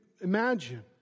imagine